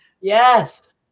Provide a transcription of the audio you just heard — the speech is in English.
Yes